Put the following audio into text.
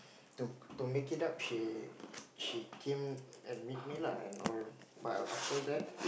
to to make it up she she came and meet me lah and all but after that